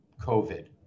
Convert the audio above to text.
COVID